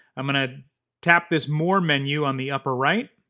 i'm gonna tap this more menu on the upper right,